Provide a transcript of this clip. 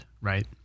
right